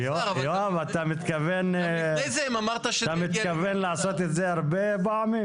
סער --- אתה מתכוון לעשות את זה הרבה פעמים?